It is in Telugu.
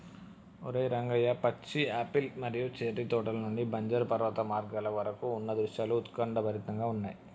ఓరై రంగయ్య పచ్చి యాపిల్ మరియు చేర్రి తోటల నుండి బంజరు పర్వత మార్గాల వరకు ఉన్న దృశ్యాలు ఉత్కంఠభరితంగా ఉన్నయి